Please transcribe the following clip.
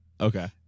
okay